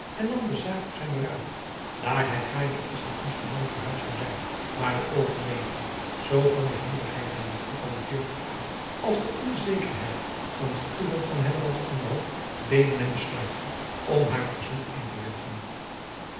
en nam de zaak op zijn beraad daar hij gaarne eerst naar msterdam verhuisd zou zijn maar de overweging zoo van de hevigheid der liefde van het jeugdig paar als de onze driaan oosjes zn et leven van illegonda uisman kerheid van het vertoeven van aan wal deden hem besluiten om haar verzoek in te willigen